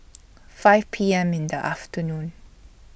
five P M in The afternoon